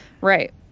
Right